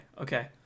okay